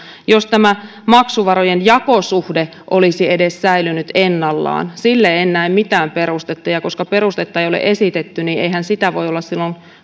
jos tämä maksuvarojen jakosuhde olisi edes säilynyt ennallaan sille muutokselle en näe mitään perustetta ja koska perustetta ei ole esitetty niin eihän sitä voi olla silloin